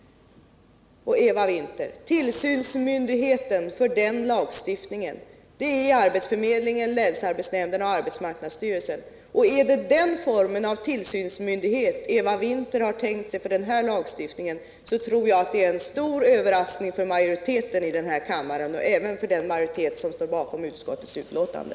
Men, Eva Winther, tillsynsmyndigheten för den lagstiftningen är arbetsförmedlingarna, länsarbetsnämnderna och arbetsmarknadsstyrelsen. Är det den formen av tillsynsmyndighet som Eva Winther har tänkt sig för denna lagstiftning, tror jag att det är en stor överraskning för majoriteten i denna kammare — även för den majoritet som står bakom utskottets betänkande.